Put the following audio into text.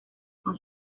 con